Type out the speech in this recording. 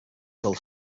kill